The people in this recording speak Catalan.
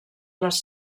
les